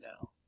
now